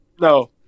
No